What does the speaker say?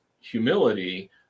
humility